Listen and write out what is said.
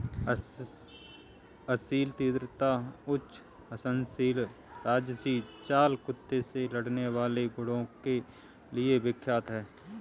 असील तीक्ष्णता, उच्च सहनशक्ति राजसी चाल कुत्ते से लड़ने वाले गुणों के लिए विख्यात है